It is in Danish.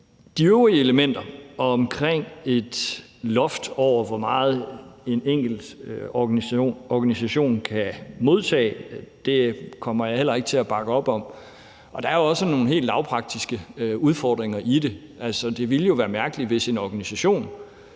De øvrige elementer omkring et loft over, hvor meget en enkelt organisation kan modtage, kommer jeg heller ikke til at bakke op om. Der er jo også sådan nogle helt praktiske udfordringer i det. Altså, det ville jo være mærkeligt, hvis en organisation,